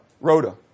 Rhoda